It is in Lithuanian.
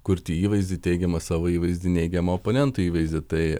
kurti įvaizdį teigiamą savo įvaizdį neigiamą oponento įvaizdį tai